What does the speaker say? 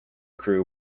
crew